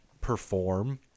perform